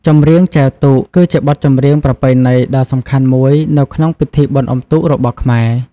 ចម្រៀងចែវទូក គឺជាបទចម្រៀងប្រពៃណីដ៏សំខាន់មួយនៅក្នុងពិធីបុណ្យអុំទូករបស់ខ្មែរ។